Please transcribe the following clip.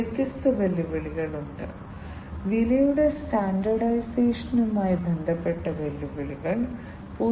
അതിനാൽ നിങ്ങൾക്ക് ആദ്യം സൈക്കിൾ ആരംഭിക്കുകയും വ്യത്യസ്ത പാരാമീറ്ററുകൾ നിരീക്ഷിക്കുകയും ചെയ്യുന്നു സമയം പോലുള്ള വ്യത്യസ്ത പാരാമീറ്ററുകൾ നിരീക്ഷിക്കുന്നു